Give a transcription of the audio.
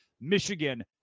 Michigan